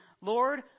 Lord